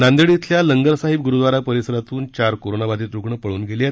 नांदेड इथल्या लंगर साहिब गुरूद्वारा परिसरातून चार कोरोनाबाधित रुग्ण पळून गेले आहेत